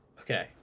Okay